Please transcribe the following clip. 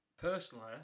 personally